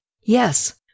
Yes